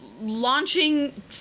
launching